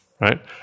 right